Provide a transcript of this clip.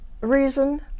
reason